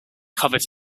covered